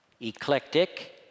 Eclectic